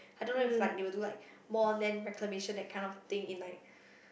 I don't know if like they will do like more land reclamation that kind of thing in like